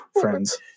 friends